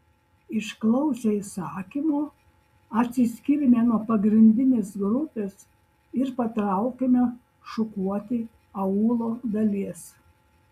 išklausę įsakymo atsiskyrėme nuo pagrindinės grupės ir patraukėme šukuoti aūlo dalies